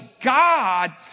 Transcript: God